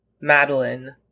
Madeline